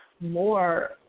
more